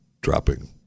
dropping